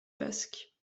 basque